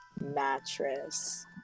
mattress